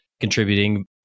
contributing